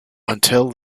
until